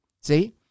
See